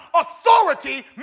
Authority